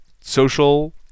social